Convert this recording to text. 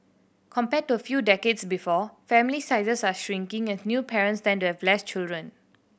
compared to a few decades before family sizes are shrinking as new parents tend to have less children